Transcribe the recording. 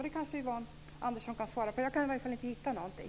Det kanske Yvonne Andersson kan svara på. Jag kan i varje fall inte hitta någonting.